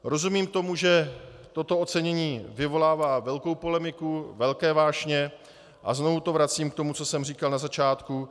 Rozumím tomu, že toto ocenění vyvolává velkou polemiku, velké vášně, a znovu to vracím k tomu, co jsem říkal na začátku.